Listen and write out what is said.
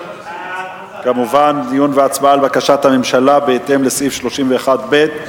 דיון והצבעה על בקשת הממשלה בהתאם לסעיף 31(ב)